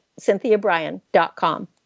CynthiaBryan.com